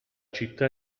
città